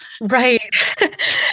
Right